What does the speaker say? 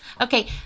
Okay